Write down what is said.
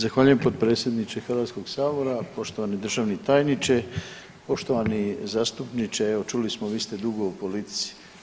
Zahvaljujem potpredsjedniče Hrvatskog sabora, poštovani državni tajniče, poštovani zastupniče, evo čuli smo, vi ste dugo u politici.